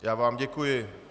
Já vám děkuji.